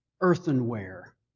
earthenware